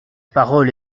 parole